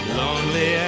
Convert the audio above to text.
lonely